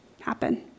happen